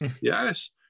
Yes